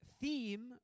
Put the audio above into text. theme